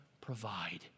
provide